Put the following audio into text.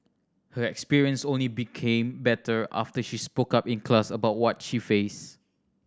her experience only became better after she spoke up in class about what she faced